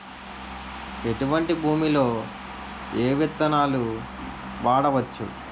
ఎటువంటి భూమిలో ఏ విత్తనాలు వాడవచ్చు?